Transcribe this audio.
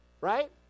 Right